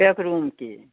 एक रूमके